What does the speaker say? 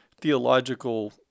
theological